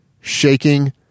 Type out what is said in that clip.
shaking